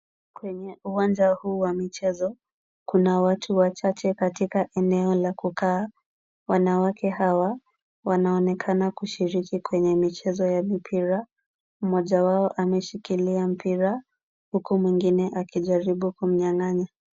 Kwenye uwanja huu wa michezo, kuna watu wachache katika eneo la kukaa. Wanawake hawa wanaonekana kushiriki kwenye michezo ya mipira. Mmoja wao ameshikilia mpira huku mwingine akijaribu kumnyang'anya.